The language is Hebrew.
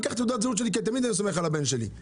ייקח תעודת זהות שלי כי תמיד אני סוך על הבן שלי.